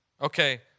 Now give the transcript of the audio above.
okay